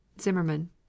Zimmerman